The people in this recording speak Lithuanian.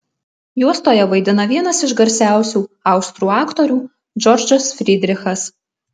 juostoje vaidina vienas iš garsiausių austrų aktorių džordžas frydrichas